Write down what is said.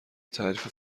تعریف